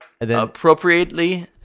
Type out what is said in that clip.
appropriately